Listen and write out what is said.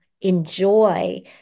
enjoy